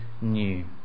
new